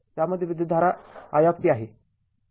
त्यामध्ये विद्युतधारा i आहे